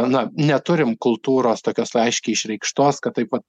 na neturim kultūros tokios aiškiai išreikštos kad taip vat